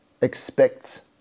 expects